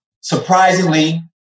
surprisingly